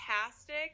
fantastic